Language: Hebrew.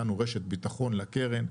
נתנו רשת ביטחון לקרן,